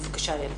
בבקשה איילת.